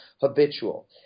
habitual